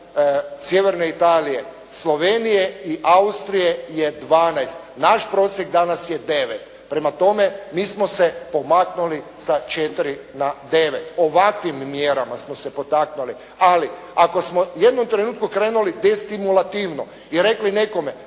sjeverne Italije, Slovenije i Austrije je 12, naš prosjek danas je 9, prema tome, mi smo se pomaknuli sa 4 na 9. Ovakvim mjerama smo se potaknuli. Ali ako smo u jednom trenutku krenuli destimulativno i rekli nekome